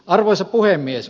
arvoisa puhemies